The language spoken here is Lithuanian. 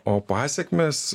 o pasekmės